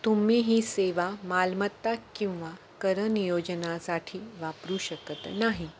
तुम्ही ही सेवा मालमत्ता किंवा कर नियोजनासाठी वापरू शकत नाही